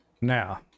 Now